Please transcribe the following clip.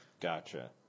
Gotcha